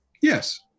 Yes